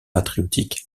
patriotique